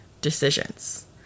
decisions